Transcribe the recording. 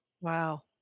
Wow